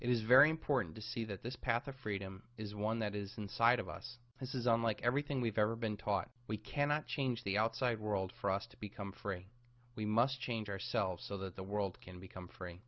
it is very important to see that this path of freedom is one that is inside of us this is unlike everything we've ever been taught we cannot change the outside world for us to become free we must change ourselves so that the world can become free